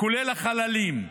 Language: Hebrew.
כולל החללים.